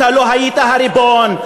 אתה לא היית ריבון.